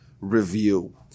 review